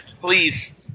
please